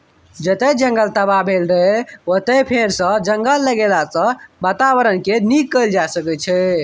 जतय जंगल तबाह भेल रहय ओतय फेरसँ जंगल लगेलाँ सँ बाताबरणकेँ नीक कएल जा सकैए